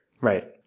Right